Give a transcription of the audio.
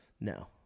No